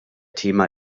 thema